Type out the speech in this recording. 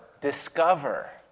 Discover